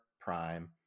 prime